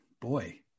boy